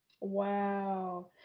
Wow